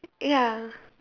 ya